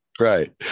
right